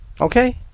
Okay